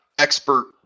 expert